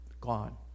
gone